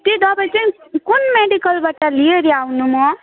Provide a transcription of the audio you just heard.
त्यो दबाई चाहिँ कुन मेडिकलबाट लिइओरि आउनु म